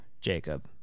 Jacob